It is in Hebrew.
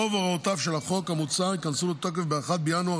רוב הוראותיו של החוק המוצע ייכנסו לתוקף ב-1 בינואר